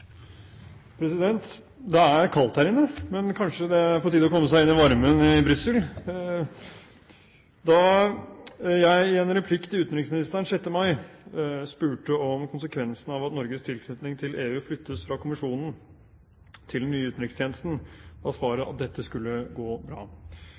på tide å komme seg inn i varmen i Brussel? Da jeg i en replikk til utenriksministeren 6. mai spurte om konsekvensene av at Norges tilknytning til EU flyttes fra kommisjonen til den nye utenrikstjenesten, var svaret